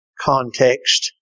context